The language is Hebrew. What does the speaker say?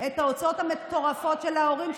את ההוצאות המטורפות של ההורים,